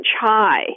high